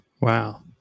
Wow